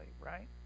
right